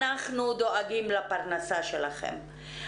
אנחנו דואגים לפרנסה שלכם.